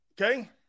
Okay